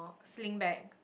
sling bag